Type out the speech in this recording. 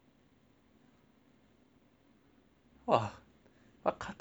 !wah! what cartoon series sia